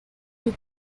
plus